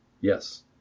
Yes